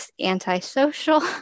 antisocial